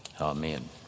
Amen